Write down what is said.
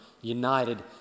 united